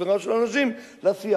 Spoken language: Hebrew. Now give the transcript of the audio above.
וחבורה של אנשים לעשייה.